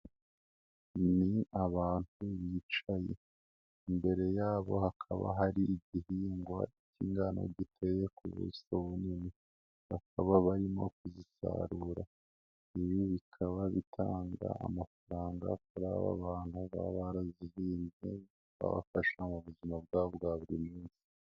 Ni abantu bicaye imbere yabo hakaba hari igihingwa k'ingano giteye kubuso bunini, bakaba barimo kuzisarura, ibi bikaba bitanga amafaranga kuri aba bantu baba barazihinze babafasha mu buzima bwabo bwa buri munsi.